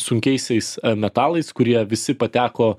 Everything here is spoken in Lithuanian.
sunkiaisiais metalais kurie visi pateko